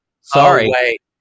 Sorry